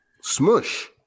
smush